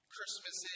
Christmas